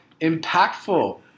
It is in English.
impactful